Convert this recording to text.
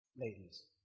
ladies